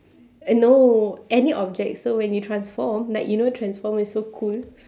no any object so when you transform like you know transformer is so cool